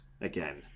again